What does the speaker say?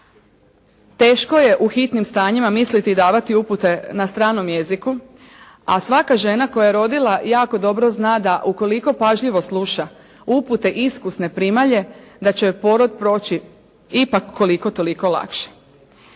Teško je u hitnim stanjima misliti i davati upute na stranom jeziku, a svaka žena koja je rodila jako dobro zna da ukoliko pažljivo sluša upute iskusne primalje da će joj porod proći ipak koliko-toliko lakše.